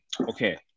Okay